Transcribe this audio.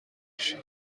باشی